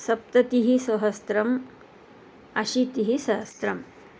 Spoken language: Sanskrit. सप्ततिः सहस्रम् अशीतिः सहस्रम्